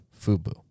Fubu